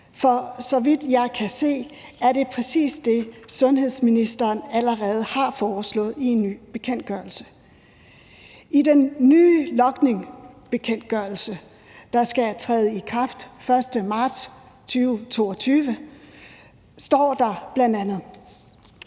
for så vidt jeg kan se, er det præcis det, sundhedsministeren allerede har foreslået i en ny bekendtgørelse. I den nye logningsbekendtgørelse, der skal træde i kraft den 1. marts 2022, står der bl.a.,